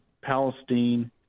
Palestine